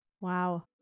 Wow